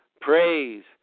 praise